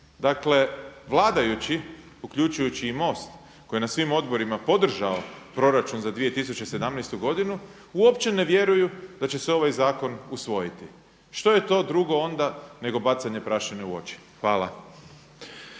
Dakle vladajući uključujući i MOST koji je na svim odborima podržao proračun za 2017. godinu uopće ne vjeruju da će se ovaj zakon usvojiti. Što je to drugo onda nego bacanje prašine u oči? Hvala.